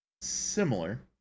similar